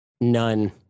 None